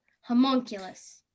Homunculus